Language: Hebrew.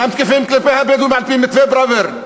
אינם תקפים כלפי הבדואים על-פי מתווה פראוור,